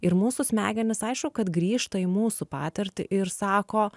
ir mūsų smegenys aišku kad grįžta į mūsų patirtį ir sako